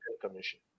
Commission